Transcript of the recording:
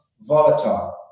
volatile